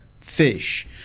fish